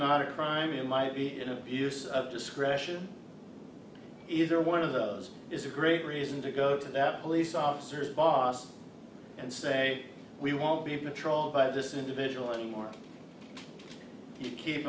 not a crime you might be an abuse of discretion either one of those is a great reason to go to that police officers boss and say we won't be patrolled by this individual anymore you keep